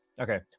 okay